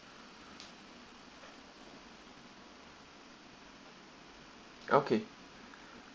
okay